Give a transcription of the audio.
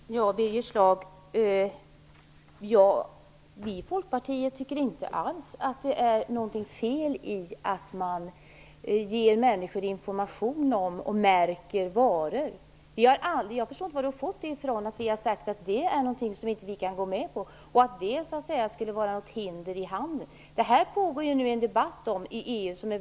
Herr talman! Birger Schlaug, vi i Folkpartiet tycker inte alls att det är något fel i att ge människor information om varor och att märka varor. Jag förstår inte varifrån Birger Schlaug fått att vi har sagt att det är något som vi inte kan gå med på och att det skulle vara ett hinder i handeln. Om detta pågår ju nu en djup debatt i EU.